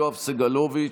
יואב סגלוביץ',